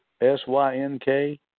S-Y-N-K